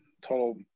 total